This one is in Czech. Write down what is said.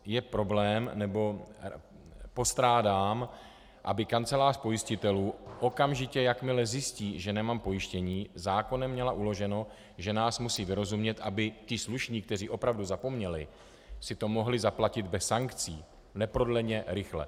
Je problém, nebo postrádám, aby kancelář pojistitelů okamžitě, jakmile zjistí, že nemám pojištění, zákonem měla uloženo, že nás musí vyrozumět, aby ti slušní, kteří opravdu zapomněli, si to mohli zaplatit bez sankcí neprodleně, rychle.